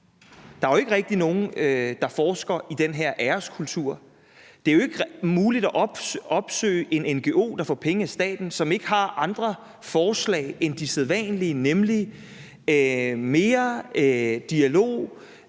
at der ikke rigtig er nogen, der forsker i den her æreskultur. Det er jo ikke muligt at opsøge en ngo, der får penge af staten, som har andre forslag end de sædvanlige, nemlig mere dialog